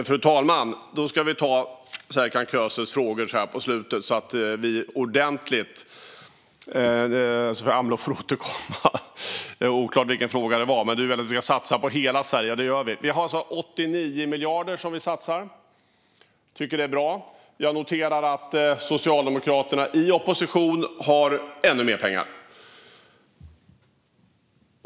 Fru talman! Vi ska ta Serkan Köses frågor så här på slutet, så att det blir ordentligt. Sofia Amloh får återkomma. Det är oklart vilken fråga det här gäller, men det är klart att vi ska satsa på hela Sverige. Det gör vi. Vi satsar 89 miljarder. Det är bra. Jag noterar att Socialdemokraterna, när de är i opposition, har ännu mer pengar.